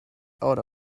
out